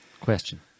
Question